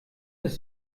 das